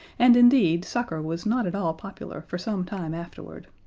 and, indeed, soccer was not at all popular for some time afterward.